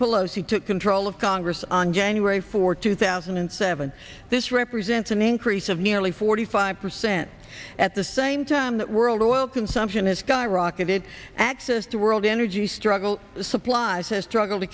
pelosi took control of congress on january fourth two thousand and seven this represents an increase of nearly forty five percent at the same time that world oil consumption has skyrocketed access to world energy struggle supplies has struggled to